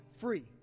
free